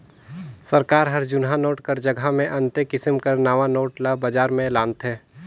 सरकार हर जुनहा नोट कर जगहा मे अन्ते किसिम कर नावा नोट ल बजार में लानथे